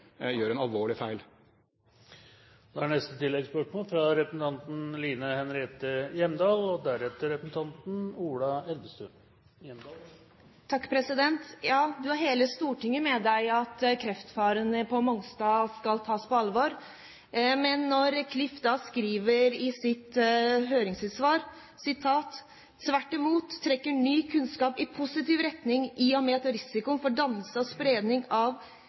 gjør en alvorlig feil. Line Henriette Hjemdal – til oppfølgingsspørsmål. Ja, statsråden har hele Stortinget med seg i at kreftfaren på Mongstad skal tas på alvor. Men når Klif skriver i sitt høringssvar at «tvert imot trekker ny kunnskap i positiv retning i og med at risikoen for dannelse og spredning av